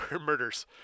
murders